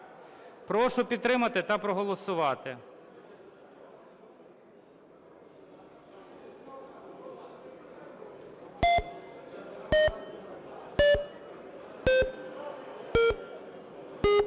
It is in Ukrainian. Прошу підтримати та проголосувати.